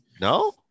no